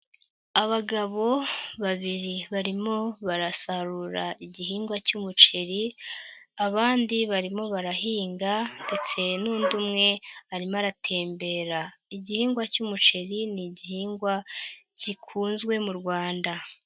Abagabo babiri barimo barasarura igihingwa cy'umuceri abandi barimo barahinga ndetse n'undi umwe arimo aratembera, igihingwa cy'umuceri ni igihingwa zikunzwe mu Rwanda.